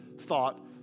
thought